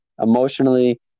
Emotionally